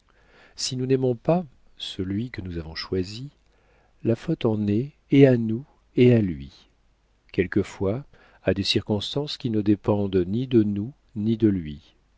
si nous n'aimons pas celui que nous avons choisi la faute en est et à nous et à lui quelquefois à des circonstances qui ne dépendent ni de nous ni de lui